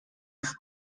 ist